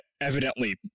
evidently